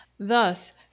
thus